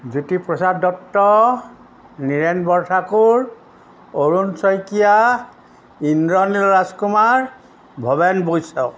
Jyotiprasad Dutta Niren Borthakur Arun Saikia Indranil Rajkumar Bhaben Baishya